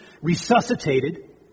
resuscitated